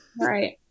Right